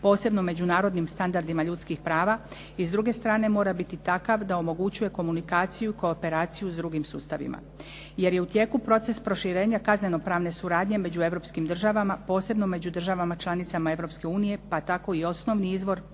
posebno međunarodnim standardima ljudskih prava. I s druge strane mora biti takav da omogućuje komunikaciju i kooperaciju s drugim sustavima. Jer je u tijeku proces proširenja kazneno pravne suradnje među europskim državama, posebno među državama članicama Europske unije, pa tako i osnovni izvor